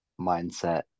mindset